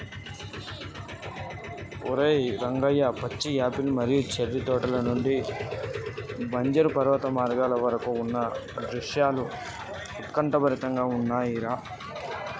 ఓరై రంగయ్య పచ్చి యాపిల్ మరియు చేర్రి తోటల నుండి బంజరు పర్వత మార్గాల వరకు ఉన్న దృశ్యాలు ఉత్కంఠభరితంగా ఉన్నయి